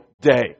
day